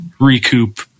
recoup